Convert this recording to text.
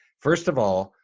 first of all,